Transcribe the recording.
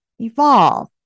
evolve